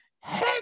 Hey